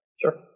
Sure